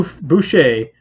Boucher